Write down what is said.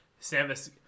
Samus